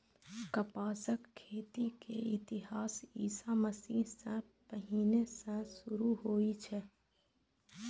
कपासक खेती के इतिहास ईशा मसीह सं पहिने सं शुरू होइ छै